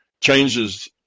changes